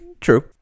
True